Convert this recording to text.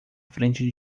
frente